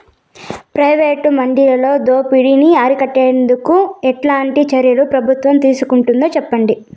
Private మండీలలో దోపిడీ ని అరికట్టేందుకు ఎట్లాంటి చర్యలు ప్రభుత్వం తీసుకుంటుందో చెప్పండి?